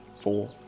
four